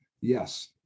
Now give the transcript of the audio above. yes